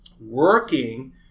working